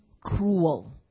cruel